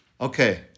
Okay